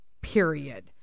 Period